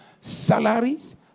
salaries